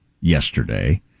yesterday